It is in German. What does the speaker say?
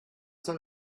soll